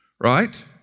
right